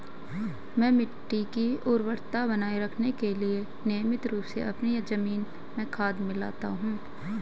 मैं मिट्टी की उर्वरता बनाए रखने के लिए नियमित रूप से अपनी जमीन में खाद मिलाता हूं